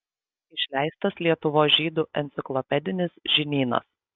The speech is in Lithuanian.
išleistas lietuvos žydų enciklopedinis žinynas